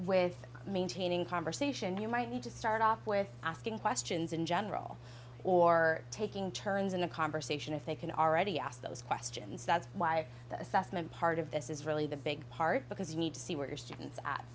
with maintaining conversation you might need to start off with asking questions in general or taking turns in the conversation if they can already ask those questions that's why the assessment part of this is really the big part because you need to see where your students a